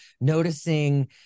noticing